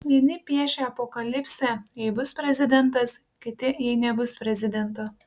vieni piešia apokalipsę jei bus prezidentas kiti jei nebus prezidento